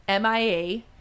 MIA